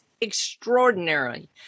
extraordinary